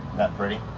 that pretty?